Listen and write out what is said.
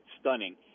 stunning